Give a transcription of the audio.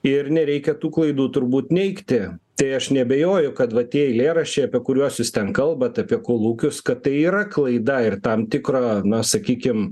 ir nereikia tų klaidų turbūt neigti tai aš neabejoju kad va tie eilėraščiai apie kuriuos jūs ten kalbate apie kolūkius kad tai yra klaida ir tam tikro na sakykim